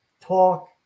talk